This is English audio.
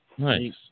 Nice